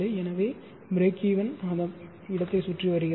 எனவே ப்ரீக்வென் அந்த இடத்தை சுற்றி வருகிறது